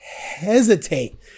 hesitate